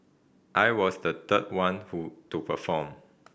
I was the third one to to perform